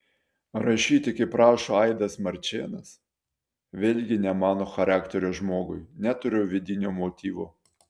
rašyti kaip rašo aidas marčėnas vėlgi ne mano charakterio žmogui neturiu vidinio motyvo